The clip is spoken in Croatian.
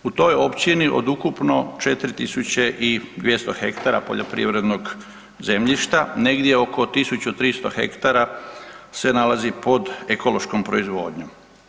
U toj općini od ukupno 4.200 hektara poljoprivrednog zemljišta negdje oko 1.300 hektara se nalazi pod ekološkom proizvodnjom.